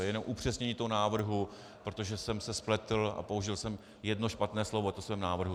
To je jenom upřesnění toho návrhu, protože jsem se spletl a použil jsem jedno špatné slovo ve svém návrhu.